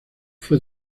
fue